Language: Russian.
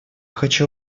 хочу